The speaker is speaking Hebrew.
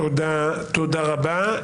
תודה רבה.